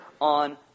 on